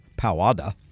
POWADA